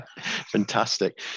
fantastic